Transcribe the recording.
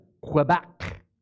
Quebec